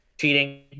cheating